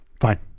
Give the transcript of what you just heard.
fine